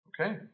Okay